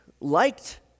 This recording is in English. liked